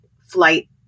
flight